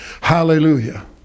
Hallelujah